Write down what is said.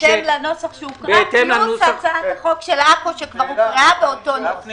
בהתאם לנוסח שהוקרא + הצעת החוק של עכו שכבר הוקראה באותו הנוסח.